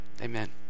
Amen